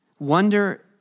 Wonder